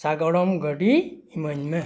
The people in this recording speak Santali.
ᱥᱟᱜᱟᱲᱚᱢ ᱜᱟᱹᱰᱤ ᱤᱢᱟᱹᱧ ᱢᱮ